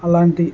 అలాంటి